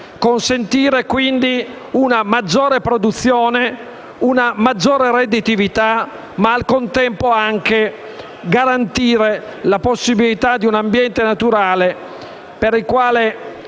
consentire quindi una maggiore produzione e redditività, ma al contempo anche garantire la possibilità di avere un ambiente naturale per il quale